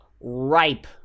ripe